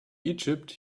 egypt